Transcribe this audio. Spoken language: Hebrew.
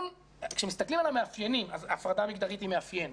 כשמסתכלים על המאפיינים הפרדה מגדרית היא מאפיין,